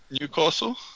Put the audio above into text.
Newcastle